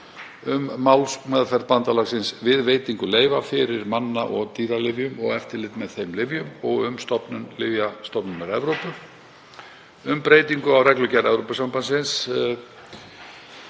um málsmeðferð bandalagsins við veitingu leyfa fyrir manna- og dýralyfjum og eftirlit með þeim lyfjum, og um stofnun Lyfjastofnunar Evrópu um breytingu á reglugerð Evrópusambandsins